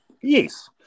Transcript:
Yes